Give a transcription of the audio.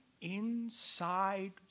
inside